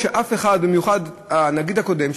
במיוחד הנגיד הקודם,